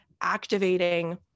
activating